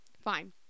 Fine